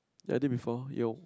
ya I did before 有